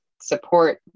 support